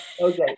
okay